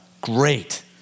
great